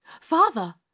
Father